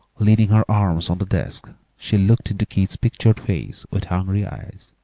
leaning her arms on the desk, she looked into keith's pictured face with hungry eyes.